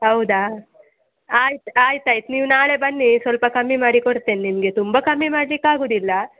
ಹೌದಾ ಆಯ್ತು ಆಯ್ತು ಆಯ್ತು ನೀವು ನಾಳೆ ಬನ್ನಿ ಸ್ವಲ್ಪ ಕಮ್ಮಿ ಮಾಡಿಕೊಡ್ತೇನೆ ನಿಮಗೆ ತುಂಬ ಕಮ್ಮಿ ಮಾಡ್ಲಿಕ್ಕೆ ಆಗುವುದಿಲ್ಲ